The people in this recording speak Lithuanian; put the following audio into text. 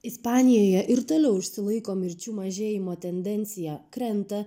ispanijoje ir toliau išsilaiko mirčių mažėjimo tendencija krenta